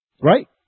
Right